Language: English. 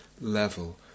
level